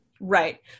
Right